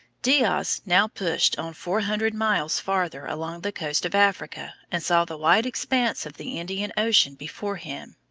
diaz now pushed on four hundred miles farther along the coast of africa, and saw the wide expanse of the indian ocean before him.